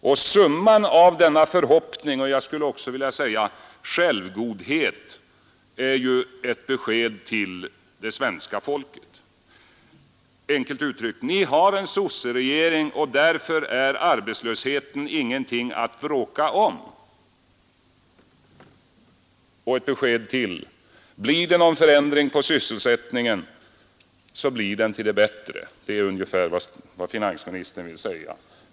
Och resultatet av denna förhoppning — och jag skulle också vilja säga självgodhet — är ju ett besked till det svenska folket. Enkelt uttryckt: Ni har en sosseregering, därför är arbetslösheten ingenting att bråka om. Och ett besked till: Blir det någon förändring i sysselsättningen blir den till det bättre. Det är ungefär vad finansministern vill säga.